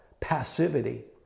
passivity